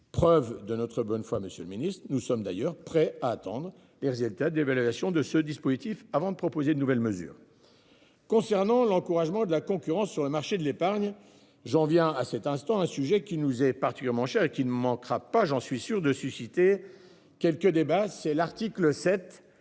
Preuve de notre bonne foi. Monsieur le Ministre, nous sommes d'ailleurs prêt à attendre les résultats de l'évaluation de ce dispositif avant de proposer de nouvelles mesures. Concernant l'encouragement de la concurrence sur le marché de l'épargne. J'en viens à cet instant un sujet. Qui nous est particulièrement cher et qui ne manquera pas, j'en suis sûr de susciter quelques débats. C'est l'article 7